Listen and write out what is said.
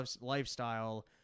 lifestyle